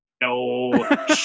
No